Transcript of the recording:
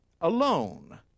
alone